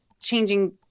changing –